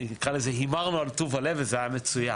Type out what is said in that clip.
נקרא לזה הימרנו על טוב הלב וזה היה מצוין,